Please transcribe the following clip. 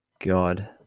god